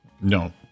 no